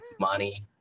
money